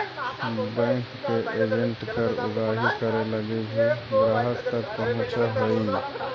bank के agent कर उगाही करे लगी भी ग्राहक तक पहुंचऽ हइ